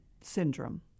syndrome